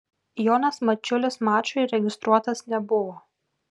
jonas mačiulis mačui registruotas nebuvo